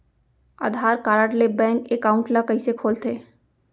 आधार card ले bank account ल कइसे खोलथे?